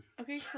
okay